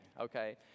Okay